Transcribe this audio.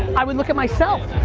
i would look at myself.